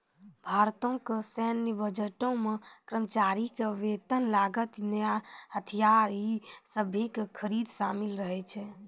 भारतो के सैन्य बजटो मे कर्मचारी के वेतन, लागत, नया हथियार इ सभे के खरीद शामिल रहै छै